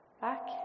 Back